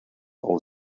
all